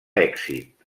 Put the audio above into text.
èxit